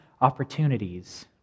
opportunities